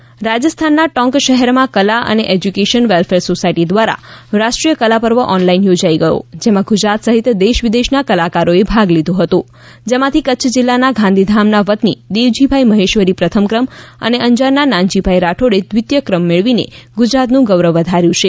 કચ્છ ના કલાકારને એવોર્ડ રાજસ્થાનના ટોંક શહેરમાં કલા અને એશ્યુકેશન વેલ્ફર સોસાયટી દ્વારા રાષ્ટ્રીય કલાપર્વ ઓનલાઈન યોજાઈ ગયું જેમાં ગુજરાત સહિત દેશવિદેશ ના કલાકારોએ ભાગ લીધો હતો જેમાંથી કચ્છ જિલ્લાના ગાંધીધામના વતની દેવજીભાઈ મહેશ્વરી પ્રથમ ક્રમ અને અંજારના નાનજીભાઈ રાઠોડ દ્વિતીય ક્રમ મેળવીને ગુજરાતનું ગૌરવ વધાર્યું છે